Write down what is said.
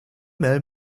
mail